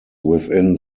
within